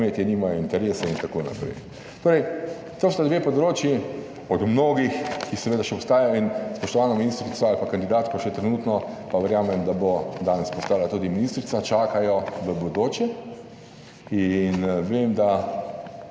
nimajo interesa, itn. Torej, to sta dve področji od mnogih, ki seveda še obstajajo in spoštovano ministrico ali pa kandidatko še trenutno pa verjamem, da bo danes postala tudi ministrica, čaka jo v bodoče in vem, da